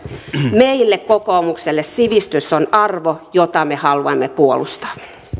meille kokoomukselle sivistys on arvo jota me haluamme puolustaa